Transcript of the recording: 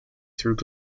through